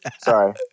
Sorry